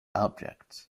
objects